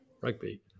rugby